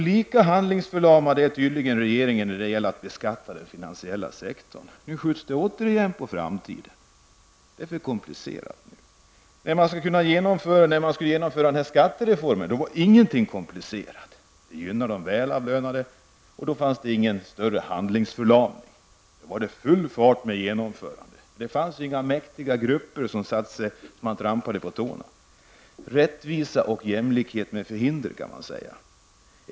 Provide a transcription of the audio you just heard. Lika handlingsförlamad är tydligen regeringen när det gäller att beskatta den finansiella sektorn. Det skjuts åter på framtiden, för det är för komplicerat. Men när man skulle genomföra skatteomläggningen var ingenting komplicerat, för det gynnade välavlönade. Då fanns det ingen handlingsförlamning. Det var full fart med genomförandet. Det var inga mäktiga grupper som man trampade på tårna. Rättvisa och jämlikhet med förhinder, kan man kanske säga.